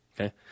Okay